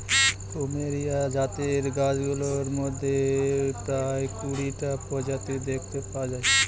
plumeria জাতের গাছগুলোর মধ্যে প্রায় কুড়িটা প্রজাতি দেখতে পাওয়া যায়